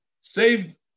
saved